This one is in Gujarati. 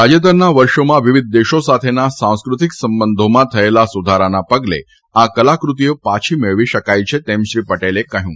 તાજેતરના વર્ષોમાં વિવિધ દેશો સાથેના સાંસ્કૃતિક સંબંધોમાં થયેલા સુધારાના પગલે આ કલાકૃતિઓ પાછી મેળવી શકાઇ છે તેમ શ્રી પટેલે કહ્યું